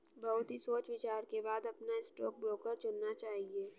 बहुत ही सोच विचार के बाद अपना स्टॉक ब्रोकर चुनना चाहिए